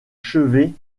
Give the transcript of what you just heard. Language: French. chevet